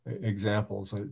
examples